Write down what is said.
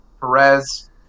Perez